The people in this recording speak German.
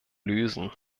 lösen